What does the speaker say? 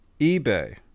eBay